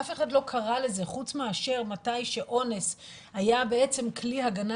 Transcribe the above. אף אחד לא קרא לזה חוץ מאשר בזמן שאונס היה כלי הגנה